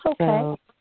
okay